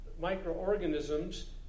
microorganisms